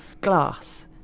glass